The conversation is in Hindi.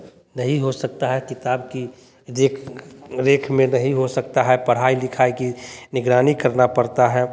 नहीं हो सकता है किताब की देख रेख में नहीं हो सकता है पढ़ाई लिखाई की निगरानी करना पड़ता है